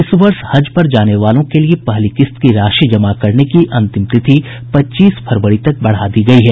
इस वर्ष हज पर जाने वालों के लिए पहली किस्त की राशि जमा करने की अंतिम तिथि पच्चीस फरवरी तक बढ़ा दी गयी है